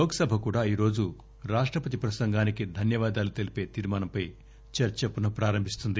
లోక్ సభ కూడా ఈరోజు రాష్టపతి ప్రసంగానికి ధన్యవాదాలు తెలీపే తీర్మానంపై చర్చ పునః ప్రారంభిస్తుంది